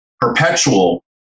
perpetual